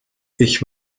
ich